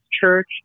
church